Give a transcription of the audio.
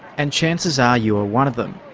and chances are you are one of them,